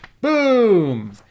boom